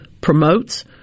promotes